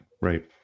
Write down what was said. Right